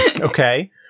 Okay